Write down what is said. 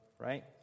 right